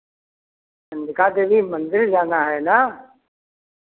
चन्द्रिका देवी मंदिर जाना है ना